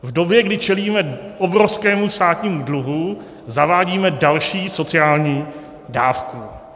V době, kdy čelíme obrovskému státnímu dluhu, zavádíme další sociální dávku.